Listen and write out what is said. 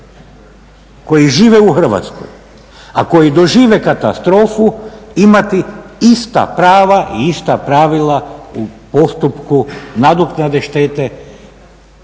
koji žive u Hrvatskoj, a koji dožive katastrofu imati ista prava i ista pravila u postupku nadoknade štete,